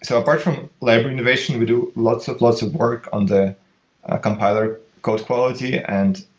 so apart from library innovation, we do lots of lots of work on the compiler code quality and